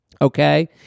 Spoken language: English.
Okay